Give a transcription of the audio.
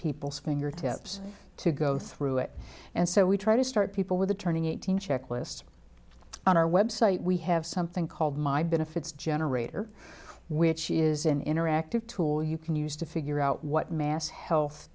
people's fingertips to go through it and so we try to start people with a turning eighteen checklist on our website we have something called my benefits generator which is an interactive tool you can use to figure out what mass health